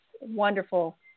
wonderful